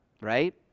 right